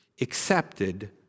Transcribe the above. accepted